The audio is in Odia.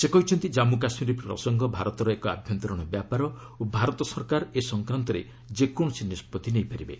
ସେ କହିଛନ୍ତି ଜାନ୍ମ କାଶ୍ରୀର ପ୍ରସଙ୍ଗ ଭାରତର ଏକ ଆଭ୍ୟନ୍ତରୀଣ ବ୍ୟାପାର ଓ ଭାରତ ସରକାର ଏ ସଂକ୍ରାନ୍ତରେ ଯେକୌଣସି ନିଷ୍ପଭି ନେଇପାରିବେ